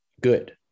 good